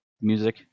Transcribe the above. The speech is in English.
music